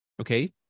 okay